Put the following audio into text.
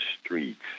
streets